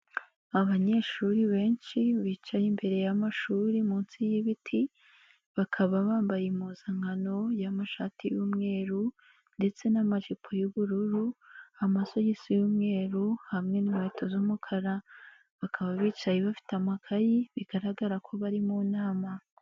Abanyeshuri benshi bicaye imbere y'amashuri munsi y'ibiti bakaba bambaye impuzankano y'amashati y'umweru ndetse n'amajipo y'ubururu, amasogisi y'umweru hamwe n'inkweto z'umukara. Bakaba bicaye bafite amakayi bigaragara ko bari mu nama.